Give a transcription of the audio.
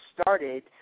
started